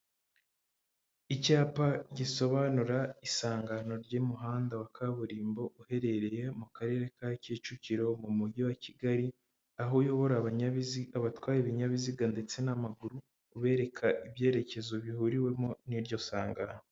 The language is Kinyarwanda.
Icyapa gisobanura isangano ry'umuhanda wa kaburimbo uherereye mu karere ka kicukiro mu mujyi wa kigalI, aho uyobora abatwaye ibinyabiziga ndetse n'amaguru ubereka ibyerekezo bihuriwemo n'iryo sangano.